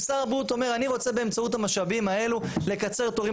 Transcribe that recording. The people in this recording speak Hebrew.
כששר הבריאות אומר שהוא רוצה באמצעות המשאבים האלה לקצר תורים